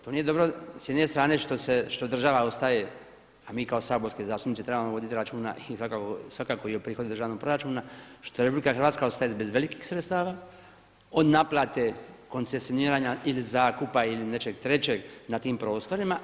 To nije dobro s jedne strane što država ostaje a mi kao saborski zastupnici trebamo voditi računa i svakako i o prihodu državnog proračuna što RH ostaje bez velikih sredstava, od naplate koncesioniranja ili zakupa ili nečeg trećeg na tim prostorima.